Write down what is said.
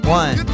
one